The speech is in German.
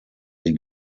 sie